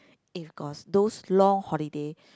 if got those long holiday